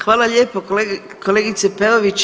Hvala lijepo kolegice Peović.